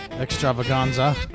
extravaganza